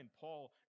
Paul